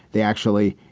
they actually,